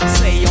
say